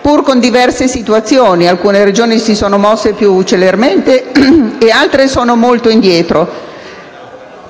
pur con diverse situazioni: alcune Regioni si sono mosse più celermente, mentre altre sono molto indietro,